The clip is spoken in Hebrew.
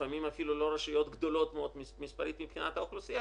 לפעמים אפילו לא רשויות גדולות מאוד מספרית מבחינת האוכלוסייה,